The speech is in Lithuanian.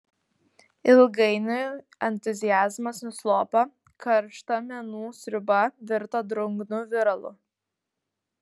ilgainiui entuziazmas nuslopo karšta menų sriuba virto drungnu viralu